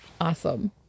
Awesome